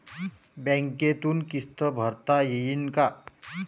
बँकेतून किस्त भरता येईन का?